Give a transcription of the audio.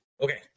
okay